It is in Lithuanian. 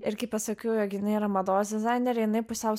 ir kai pasakiau jog jinai yra mados dizainerė jinai pusiau